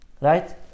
Right